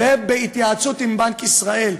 בהתייעצות עם בנק ישראל.